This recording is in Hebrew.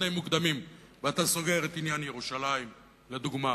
תנאים מוקדמים ואתה סוגר את עניין ירושלים לדוגמה?